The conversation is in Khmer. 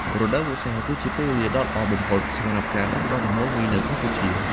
រដូវវស្សាគឺជាពេលវេលាដ៏ល្អបំផុតសម្រាប់ការដាំដុះដំឡូងមីនៅកម្ពុជា។